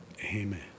Amen